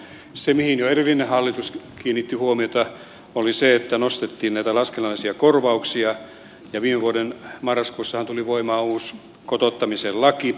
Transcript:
se mihin jo edellinen hallitus kiinnitti huomiota oli se että nostettiin näitä laskennallisia korvauksia ja viime vuoden marraskuussahan tuli voimaan uusi kotouttamisen laki